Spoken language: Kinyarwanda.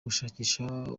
gushakisha